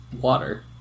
water